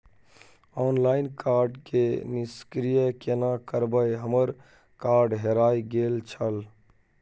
Online card के निष्क्रिय केना करबै हमर कार्ड हेराय गेल छल?